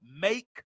make